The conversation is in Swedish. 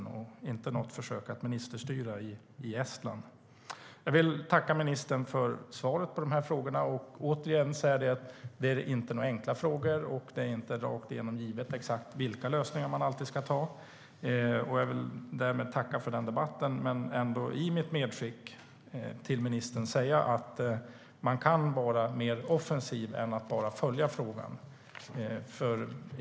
Det handlar inte om något försök att ministerstyra i Estland.Jag vill tacka ministern för svaret på frågorna och upprepa att det inte är enkla frågor och att det inte är rakt igenom givet exakt vilka lösningar man alltid ska ha. Jag vill därmed tacka för debatten, men i mitt medskick till ministern vill jag säga att man kan vara mer offensiv än att bara följa frågan.